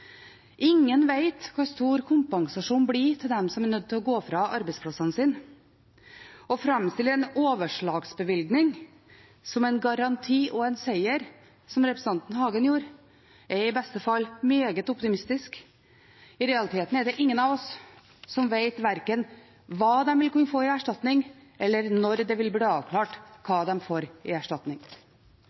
Ingen vet hvor stor kompensasjonen blir til dem som er nødt til å gå fra arbeidsplassene sine. Å framstille en overslagsbevilgning som en garanti og en seier, som representanten Hagen gjorde, er i beste fall meget optimistisk. I realiteten er det ingen av oss som vet verken hva de vil kunne få i erstatning, eller når det vil bli avklart hva de får i erstatning.